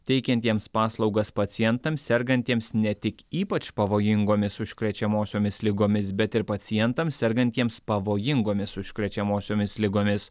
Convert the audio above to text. teikiantiems paslaugas pacientams sergantiems ne tik ypač pavojingomis užkrečiamosiomis ligomis bet ir pacientams sergantiems pavojingomis užkrečiamosiomis ligomis